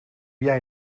jij